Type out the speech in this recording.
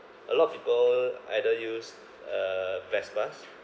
a lot of people either use uh vespa